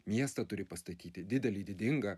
miestą turi pastatyti didelį didingą